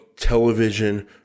television